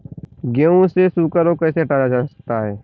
गेहूँ से सूखा रोग कैसे हटाया जा सकता है?